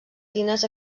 tines